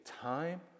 time